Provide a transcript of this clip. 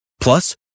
Plus